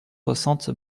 soixante